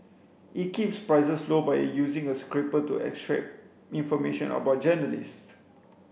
it keeps prices low by using a scraper to extract information about journalists